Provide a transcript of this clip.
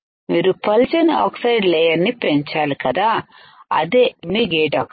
మీరు పలుచని oxide layer ని పెంచాలి కదాఅదే మీ గేట్ ఆక్సైడ్